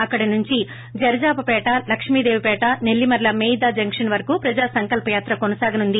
అక్కడి నుంచి జరజాప పేట లక్ష్మీదేవి పేట నెల్లిమర్ల మేయిదా జంకన్ వరకు ప్రజాసంకల్సయాత్ర కొనసాగనుంది